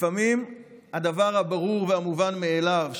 לפעמים הדבר הברור והמובן מאליו,